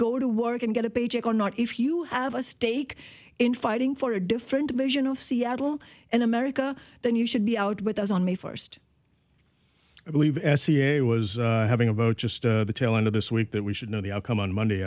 go to work and get a paycheck or not if you have a stake in fighting for a different vision of seattle and america then you should be out with us on may first i believe s c a was having a vote just the tail end of this week that we should know the outcome on monday